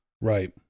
right